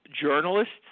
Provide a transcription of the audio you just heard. journalists